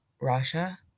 Russia